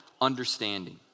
understanding